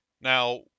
now